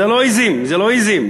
זה לא עזים, זה לא עזים.